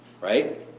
right